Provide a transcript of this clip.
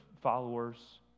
followers